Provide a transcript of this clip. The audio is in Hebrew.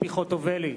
ציפי חוטובלי,